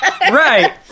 Right